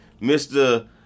Mr